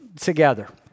Together